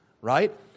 right